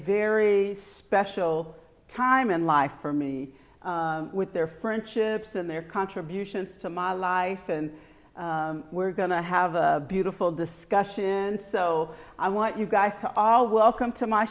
very special time in life for me with their friendships and their contributions to my life and we're going to have a beautiful discussion so i want you guys to all welcome to my